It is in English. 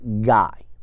guy